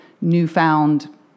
newfound